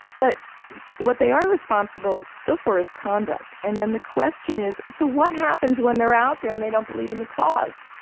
but what they are responsible still for is conduct. and then the question is so what happens when they're out there and they don't believe in the cause?